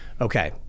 Okay